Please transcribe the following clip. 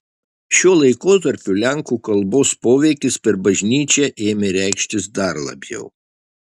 šiuo laikotarpiu lenkų kalbos poveikis per bažnyčią ėmė reikštis dar labiau